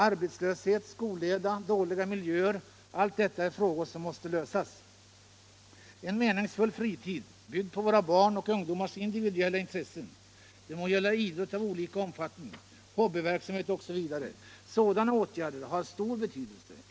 Arbetslöshet, skolleda, dåliga miljöer — allt detta är frågor som måste lösas. En meningsfull fritid byggd på våra barns och ungdomars individuella intressen — det må gälla idrott av olika omfattning, hobbyverksamhet osv. — har stor betydelse.